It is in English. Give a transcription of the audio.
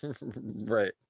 Right